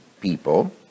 people